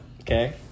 Okay